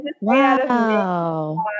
Wow